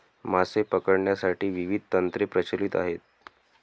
मासे पकडण्यासाठी विविध तंत्रे प्रचलित आहेत